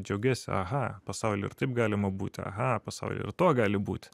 džiaugiesi aha pasauly ir taip galima būti aha pasau ir to gali būti